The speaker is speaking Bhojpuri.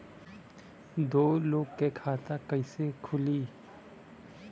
दो लोगक खाता कइसे खुल्ला?